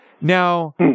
Now